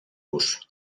los